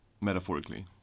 Metaphorically